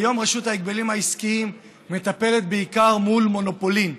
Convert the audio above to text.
כיום רשות ההגבלים העסקיים מטפלת בעיקר במונופולים,